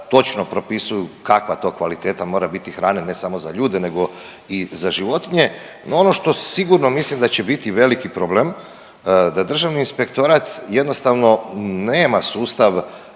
točno propisuju kakva to kvaliteta mora biti hrane ne samo za ljude, nego i za životinje. No ono što sigurno mislim da će biti veliki problem da Državni inspektorat jednostavno nema sustav